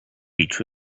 beach